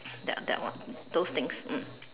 that that one those things mm